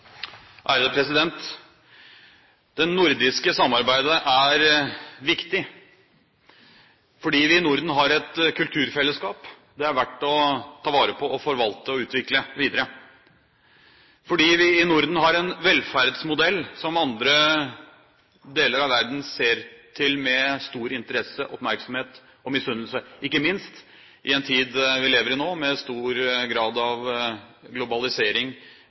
og forvalte og utvikle videre, fordi vi i Norden har en velferdsmodell som andre deler av verden ser til med stor interesse, oppmerksomhet og misunnelse – ikke minst i den tid vi lever i nå, med stor grad av globalisering